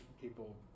people